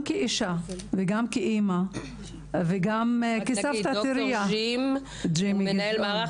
אני רק אגיד ש ג'ים הוא מנהל מערך